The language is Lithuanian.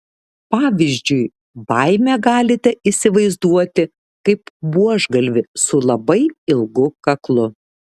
pavyzdžiui baimę galite įsivaizduoti kaip buožgalvį su labai ilgu kaklu